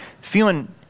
feeling